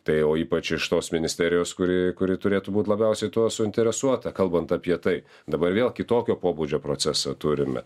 tai o ypač iš tos ministerijos kuri kuri turėtų būt labiausiai tuo suinteresuota kalbant apie tai dabar vėl kitokio pobūdžio procesą turime